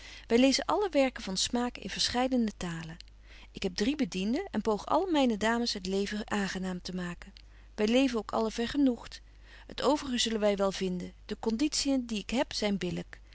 wy lezen alle werken van smaak in verscheiden talen ik heb drie bedienden en poog alle myne dames het leven aangenaam te maken wy leven ook allen vergenoegt t overige zullen wy wel vinden de conditien die ik heb